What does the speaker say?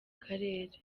karere